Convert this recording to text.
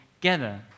together